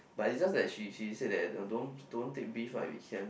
but it just like she she say that don't don't take beef if we can